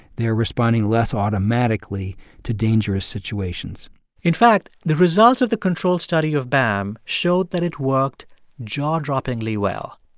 they're responding less automatically to dangerous situations in fact, the results of the control study of bam showed that it worked jaw-droppingly well.